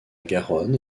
garonne